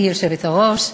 גברתי היושבת-ראש,